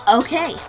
okay